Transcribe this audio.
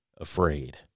afraid